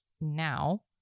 now